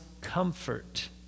comfort